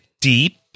deep